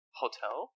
hotel